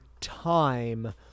time